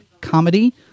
comedy